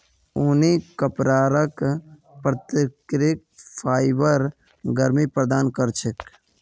ऊनी कपराक प्राकृतिक फाइबर गर्मी प्रदान कर छेक